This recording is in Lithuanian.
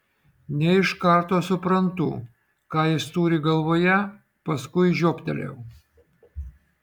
ne iš karto suprantu ką jis turi galvoje paskui žioptelėjau